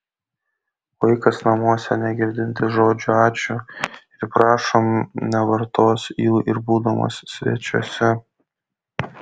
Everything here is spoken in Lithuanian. vaikas namuose negirdintis žodžių ačiū ir prašom nevartos jų ir būdamas svečiuose